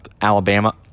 alabama